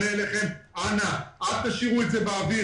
אנא אל תשאירו את זה באוויר,